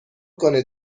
کنه